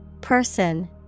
Person